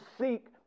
seek